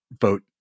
vote